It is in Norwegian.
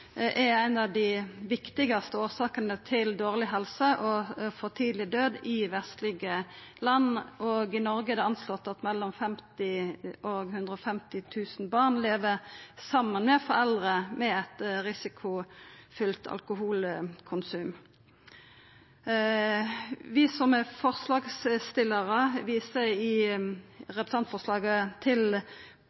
anslår ein at mellom 50 000 og 150 000 barn lever saman med foreldre med eit risikofylt alkoholkonsum. Vi som er forslagsstillarar, viser i representantforslaget til